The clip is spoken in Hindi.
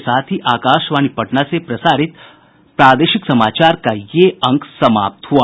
इसके साथ ही आकाशवाणी पटना से प्रसारित प्रादेशिक समाचार का ये अंक समाप्त हुआ